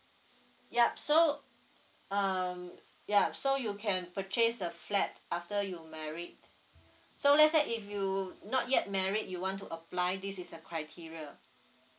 yup so um yeah so you can purchase the flat after you married so let's say if you not yet married you want to apply this is the criteria